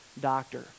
doctor